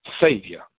Savior